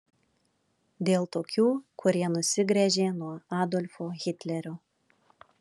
dėl tokių kurie nusigręžė nuo adolfo hitlerio